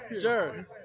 Sure